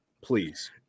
please